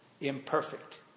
imperfect